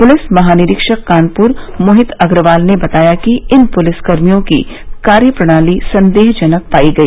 police महानिरीक्षक कानपुर मोहित अग्रवाल ने बताया कि इन पुलिसकर्मियों की कार्यप्रणाली सन्देहजनक पाई गई